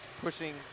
pushing